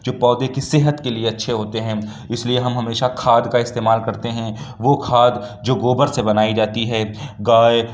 جو پودے کی صحت کے لیے اچھے ہوتے ہیں اس لیے ہم ہمیشہ کھاد کا استعمال کرتے ہیں وہ کھاد جو گوبر سے بنائی جاتی ہے گائے